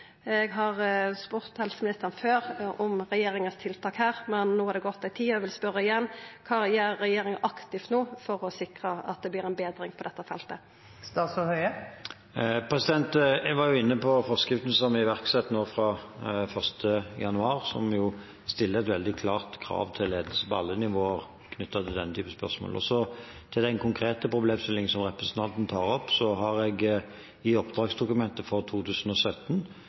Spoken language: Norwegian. Eg har spurt helseministeren før om kva tiltak regjeringa har her, men no har det gått ei tid, og eg vil spørja igjen: Kva gjer regjeringa aktivt no for å sikra at det vert ei betring på dette feltet? Jeg var inne på forskriften som vi iverksatte nå fra 1. januar, og som stiller et veldig klart krav til ledelse på alle nivåer knyttet til den type spørsmål. Så til den konkrete problemstillingen som representanten tar opp. Jeg har i oppdragsdokumentet fra 2017